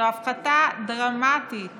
זו הפחתה דרמטית